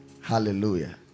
Hallelujah